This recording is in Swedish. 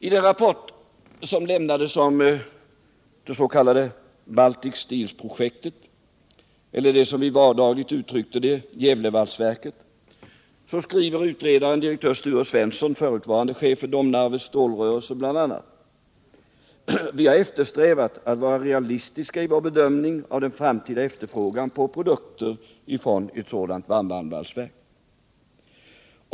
I den rapport som lämnades om det s.k. Baltic Steel-projektet, eller — som vi vardagligen uttryckte det — Gävlevalsverket, skriver utredaren direktör Sture Svensson, förutvarande chef för Domnarvets stålrörelse, bl.a. följande: Vi har eftersträvat att vara realistiska i vår bedömning av den framtida efterfrågan på produkter ifrån ett sådant varmbandvalsverk.